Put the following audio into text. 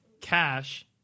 Cash